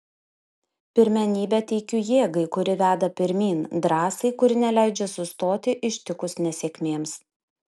pirmenybę teikiu jėgai kuri veda pirmyn drąsai kuri neleidžia sustoti ištikus nesėkmėms